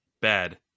Bad